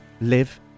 live